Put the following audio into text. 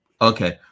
Okay